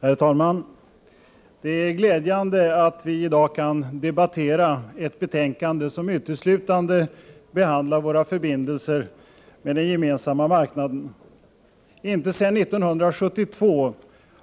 Herr talman! Det är glädjande att vi i dag kan debattera ett betänkande som uteslutande behandlar våra förbindelser med den gemensamma marknaden. Inte sedan 1972